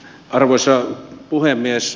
arvoisa puhemies